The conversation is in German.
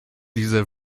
dieser